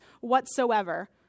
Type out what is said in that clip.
whatsoever